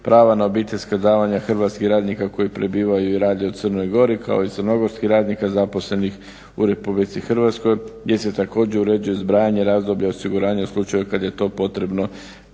prava na obiteljska davanja hrvatskih radnika koji prebivaju i rade u Crnoj Gori, kao i crnogorskih radnika zaposlenih u RH gdje se također uređuje zbrajanje razdoblja osiguranja u slučaju kad je to potrebno